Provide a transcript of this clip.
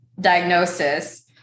diagnosis